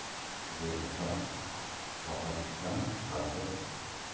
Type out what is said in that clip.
ᱡᱮᱞᱮᱠᱟ ᱥᱚᱦᱚᱡᱽ ᱟᱠᱟᱱᱟ ᱱᱮᱛᱟᱨ ᱫᱚ